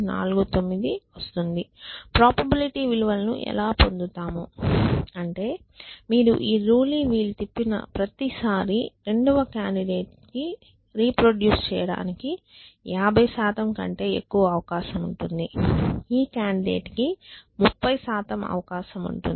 probability విలువలను ఎలా పొందుతారు అంటే మీరు ఈ రూలీ వీల్ తిప్పిన ప్రతిసారీ రెండవ కాండిడేట్ కి రిప్రొడ్యూస్ చేయడానికి 50 శాతం కంటే ఎక్కువ అవకాశం ఉంటుంది ఈ కాండిడేట్ లకి 30 శాతం అవకాశం ఉంటుంది